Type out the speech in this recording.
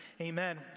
Amen